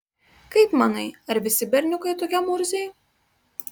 kaip manai ar visi berniukai tokie murziai